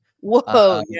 Whoa